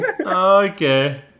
okay